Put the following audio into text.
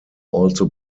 also